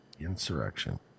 Insurrection